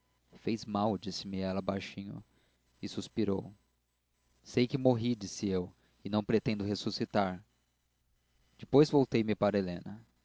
fez mal disse-me ela baixinho e suspirou sei que morri disse eu e não pretendo ressuscitar depois voltei-me para helena